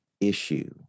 issue